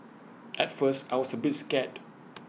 at first I was A bit scared